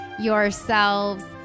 yourselves